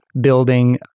building